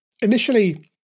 initially